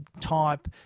type